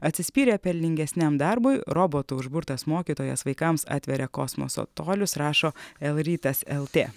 atsispyrė pelningesniam darbui robotų užburtas mokytojas vaikams atveria kosmoso tolius rašo el rytas lt